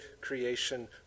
creation